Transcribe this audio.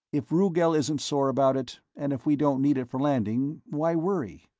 if rugel isn't sore about it, and if we don't need it for landing, why worry?